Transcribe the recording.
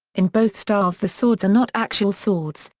in both styles the swords are not actual swords,